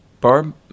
Barb